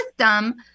system